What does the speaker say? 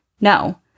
No